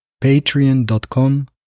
Patreon.com